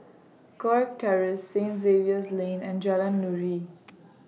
Kirk Terrace Saint Xavier's Lane and Jalan Nuri